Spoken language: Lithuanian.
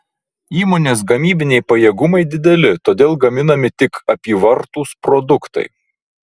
įmonės gamybiniai pajėgumai dideli todėl gaminami tik apyvartūs produktai